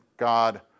God